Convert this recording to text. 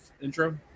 intro